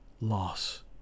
loss